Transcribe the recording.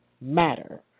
matter